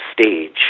stage